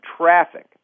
traffic